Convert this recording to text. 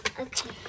Okay